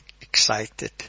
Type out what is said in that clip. excited